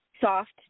soft